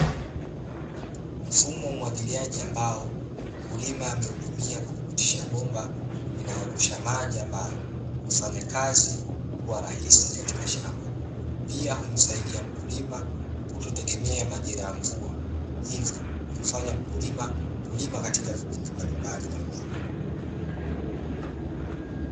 Mfumo wa umwagiliaji ambao mkulima ameutumia kwa kupitishia bomba, linalorusha maji ambayo mfanyakazi kuwa rahisi katika shamba, pia humsaidia mkulima kutotegemea majira ya mvua hivyo, kumfanya mkulima kulima katika vipindi mbalimbali vya mwaka.